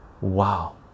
wow